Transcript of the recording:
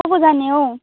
को को जाने हौ